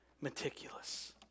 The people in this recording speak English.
meticulous